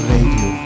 Radio